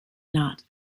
not